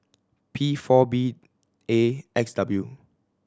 P four B A X W